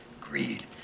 Greed